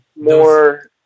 more